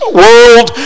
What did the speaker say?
world